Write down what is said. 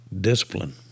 discipline